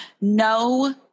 no